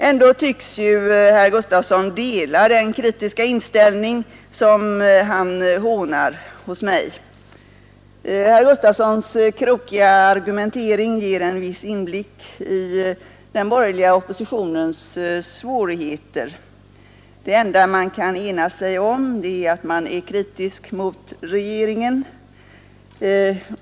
Ändå tycks ju herr Gustavsson dela den kritiska inställning som han hånar hos mig. Herr Gustavssons krokiga argumentering ger en viss inblick i den borgerliga oppositionens svårigheter. Det enda man kan ena sig om är att man är kritisk mot regeringen.